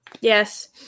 Yes